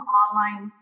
online